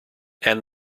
and